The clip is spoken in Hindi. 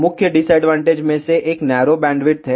मुख्य डिसअडवांटेज में से एक नैरो बैंडविड्थ है